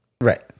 Right